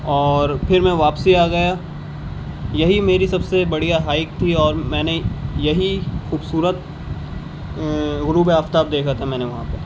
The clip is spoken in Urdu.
اور پھر میں واپسی آ گیا یہی میری سب سے بڑھیا ہائیک تھی اور میں نے یہی خوبصورت غروب آفتاب دیکھا تھا میں نے وہاں پہ